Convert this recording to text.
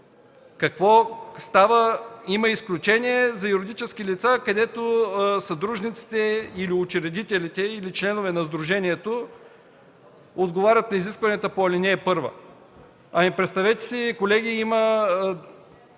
какво става? Има изключение за юридически лица, където съдружниците или учредителите, или членове на сдружението отговарят на изискванията по ал. 1, а и представете си, колеги, има